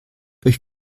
euch